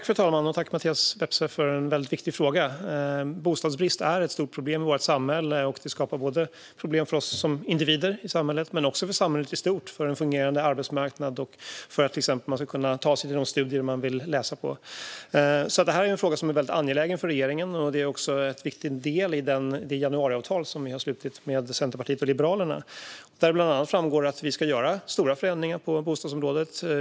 Fru talman! Tack, Mattias Vepsä, för en väldigt viktig fråga! Bostadsbrist är ett stort problem både för oss som individer och för samhället i stort, för en fungerande arbetsmarknad och för att man till exempel ska kunna bedriva de studier man vill ägna sig åt. Detta är alltså en fråga som är väldigt angelägen för regeringen och också en viktig del i det januariavtal som vi har slutit med Centerpartiet och Liberalerna, där det bland annat framgår att vi ska göra stora förändringar på bostadsområdet.